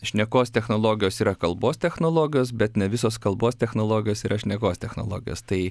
šnekos technologijos yra kalbos technologijos bet ne visos kalbos technologijos yra šnekos technologijos tai